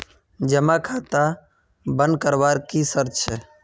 जमा खाता बन करवार की शर्त छे?